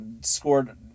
scored